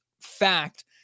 fact